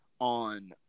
on